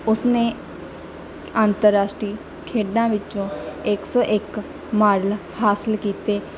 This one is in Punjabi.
ਉਸਨੇ ਅੰਤਰਰਾਸ਼ਟਰੀ ਖੇਡਾਂ ਵਿੱਚੋਂ ਇੱਕ ਸੌ ਇੱਕ ਮੈਡਲ ਹਾਸਿਲ ਕੀਤੇ